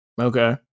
Okay